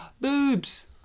boobs